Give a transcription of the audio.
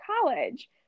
college